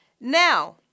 Now